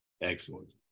Excellent